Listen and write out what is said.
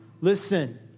Listen